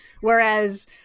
Whereas